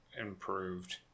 improved